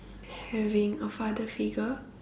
having a father figure